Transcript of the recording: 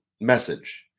message